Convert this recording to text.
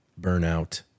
burnout